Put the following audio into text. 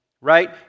right